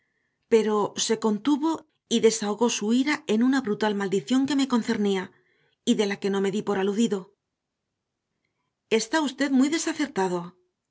pero se contuvo y desahogó su ira en una brutal maldición que me concernía y de la que no me di por aludido está usted muy desacertado